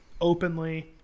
openly